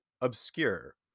obscure